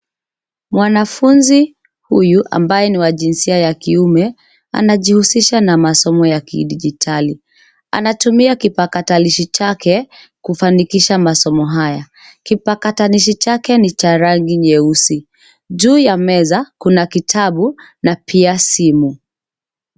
Mwanafunzi huyu ambaye ni wa jinsia ya kiume anajihusisha na masomo ya kidijitali. Anatumia kipakatalishi chake kufanikisha masomo haya. Kipakatalishi chake ni cha rangi nyeusi. Juu ya meza kuna kitabu na pia simu.